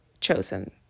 chosen